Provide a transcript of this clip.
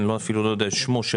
אני אפילו לא יודע את שמו.